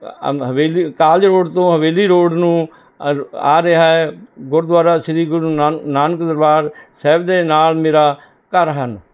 ਹਵੇਲੀ college road ਤੋਂ Haveli road ਨੂੰ ਆ ਆ ਰਿਹਾ ਹੈ ਗੁਰਦੁਆਰਾ ਸ਼੍ਰੀ ਗੁਰੂ ਨਾਨ ਨਾਨਕ ਦਰਬਾਰ ਸਾਹਿਬ ਦੇ ਨਾਲ ਮੇਰਾ ਘਰ ਹਨ